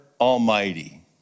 Almighty